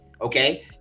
okay